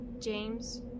James